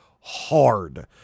hard